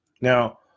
Now